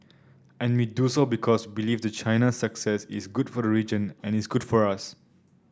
and we do so because believe that China's success is good for the region and is good for us